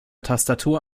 tastatur